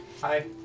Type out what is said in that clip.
Hi